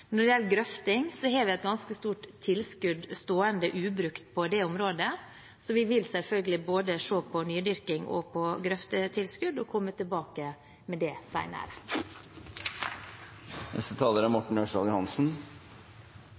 Når det gjelder grøfting, har vi et ganske stort tilskudd stående ubrukt på det området. Vi vil selvfølgelig se på både nydyrking og grøftetilskudd og komme tilbake med det senere. Dette er